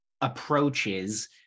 approaches